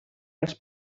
als